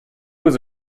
was